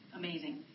amazing